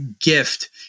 gift